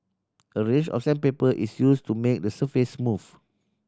a range of sandpaper is use to make the surface smooth